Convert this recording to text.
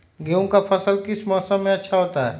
गेंहू का फसल किस मौसम में अच्छा होता है?